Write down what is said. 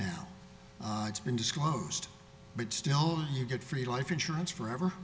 now it's been disclosed but still you get free life insurance forever